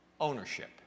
Ownership